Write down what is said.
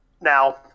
now